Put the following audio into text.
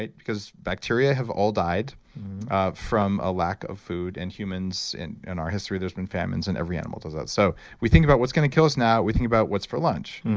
because bacteria have all died from a lack of food and humans, in and our history there's been famines and every animal does that. so we think about what's going to kill us now, we think about what's for lunch.